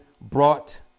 brought